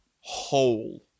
whole